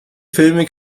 filme